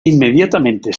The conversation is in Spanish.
inmediatamente